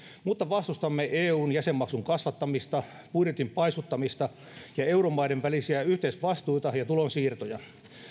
mutta vastustamme eun jäsenmaksun kasvattamista budjetin paisuttamista ja euromaiden välisiä yhteisvastuita ja tulonsiirtoja